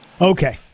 Okay